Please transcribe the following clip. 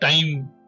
time